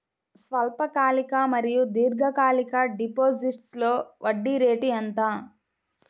స్వల్పకాలిక మరియు దీర్ఘకాలిక డిపోజిట్స్లో వడ్డీ రేటు ఎంత?